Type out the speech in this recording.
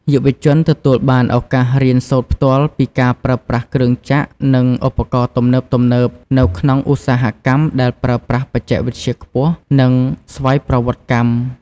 យុវជនទទួលបានឱកាសរៀនសូត្រផ្ទាល់ពីការប្រើប្រាស់គ្រឿងចក្រ និងឧបករណ៍ទំនើបៗ នៅក្នុងឧស្សាហកម្មដែលប្រើប្រាស់បច្ចេកវិទ្យាខ្ពស់ និងស្វ័យប្រវត្តិកម្ម។